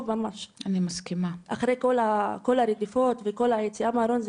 ממש אחרי כל הרדיפות והיציאה מהארון.